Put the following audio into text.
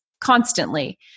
constantly